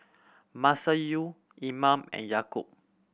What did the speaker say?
Masayu Iman and Yaakob